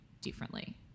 differently